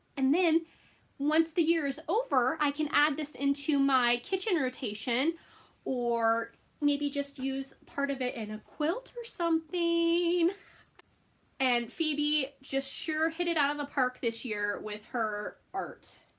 and then once the year is over i can add this into my kitchen rotation or maybe just use part of it in a quilt or something i mean and phoebe just sure hit it out of the park this year with her art.